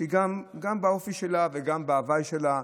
גם האופי שלה וגם ההווי שלה,